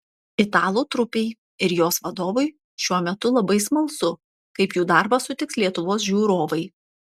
italų trupei ir jos vadovui šiuo metu labai smalsu kaip jų darbą sutiks lietuvos žiūrovai